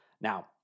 Now